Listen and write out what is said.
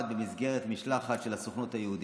במסגרת משלחת של הסוכנות היהודית,